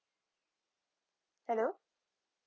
hello